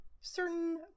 certain